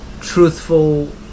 truthful